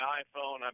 iPhone